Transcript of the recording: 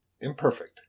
Imperfect